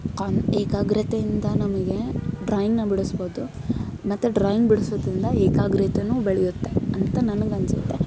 ಕಾನ್ ಏಕಾಗ್ರತೆಯಿಂದ ನಮಗೆ ಡ್ರಾಯಿಂಗ್ನ ಬಿಡಿಸ್ಬೋದು ಮತ್ತು ಡ್ರಾಯಿಂಗ್ ಬಿಡ್ಸೋದ್ರಿಂದ ಏಕಾಗ್ರತೆಯೂ ಬೆಳೆಯುತ್ತೆ ಅಂತ ನನಗನ್ನಿಸುತ್ತೆ